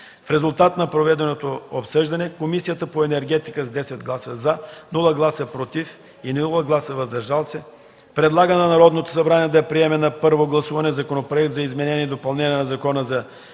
В резултат на проведеното обсъждане Комисията по енергетика с 10 гласа „за”, без „против” и „въздържали се”, предлага на Народното събрание да приеме на първо гласуване Законопроект за изменение и допълнение на Закона за енергията